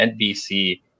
NBC